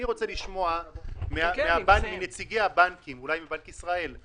אני רוצה לשמוע מנציגי הבנקים, אולי מבנק ישראל: